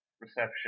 reception